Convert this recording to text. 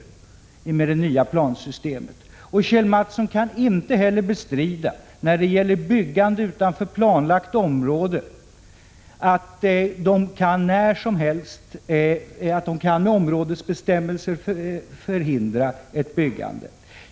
Kjell Mattsson kan inte bestrida att kommunen, med hjälp av områdesbestämmelser, när som helst kan förhindra ett byggande utanför planlagt område.